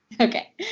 okay